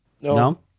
No